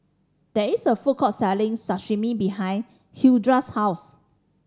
there is a food court selling Sashimi behind Hildred's house